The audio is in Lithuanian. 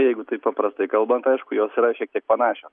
jeigu taip paprastai kalbant aišku jos yra šiek tiek panašios